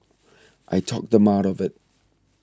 I talked them out of it